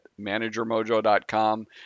ManagerMojo.com